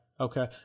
Okay